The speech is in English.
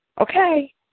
Okay